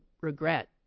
regret